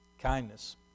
Kindness